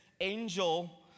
angel